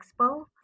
Expo